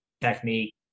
technique